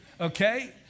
Okay